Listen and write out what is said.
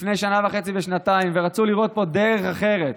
לפני שנה וחצי ושנתיים ורצו לראות פה דרך אחרת,